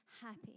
happy